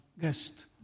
guest